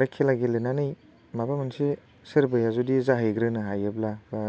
बे खेला गेलेनानै माबा मोनसे सोरबाया जुदि जाहैग्रोनो हायोब्ला बा